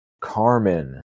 Carmen